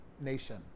nation